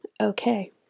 Okay